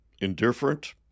indifferent